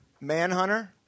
Manhunter